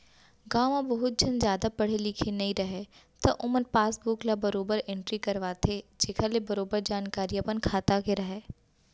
गॉंव म बहुत झन जादा पढ़े लिखे नइ रहयँ त ओमन पासबुक ल बरोबर एंटरी करवाथें जेखर ले बरोबर जानकारी अपन खाता के राहय